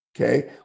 Okay